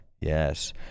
yes